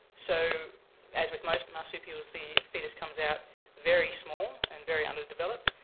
so as with most marsupials, the foetus comes out very small and very underdeveloped,